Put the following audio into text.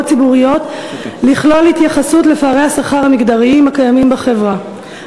ציבוריות לכלול התייחסות לפערי השכר המגדריים הקיימים בחברה,